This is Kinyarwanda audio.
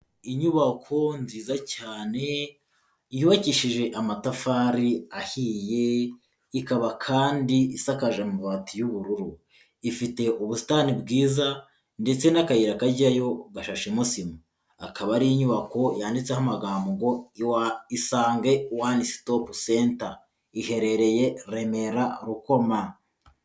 Inyubako nziza cyane yubakishije amatafari ahiye, ikaba kandi isakaje amavati y'ubururu, ifite ubusitani bwiza ndetse n'akayira kajyayo gashashemo sima, akaba ari inyubako yanditseho amagambo ngo your Isange One Stop Centre iherereye Remera Rukoma.